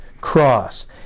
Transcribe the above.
Cross